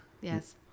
Yes